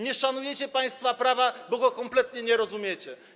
Nie szanujecie państwa prawa, bo go kompletnie nie rozumiecie.